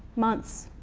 months,